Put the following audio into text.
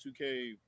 2k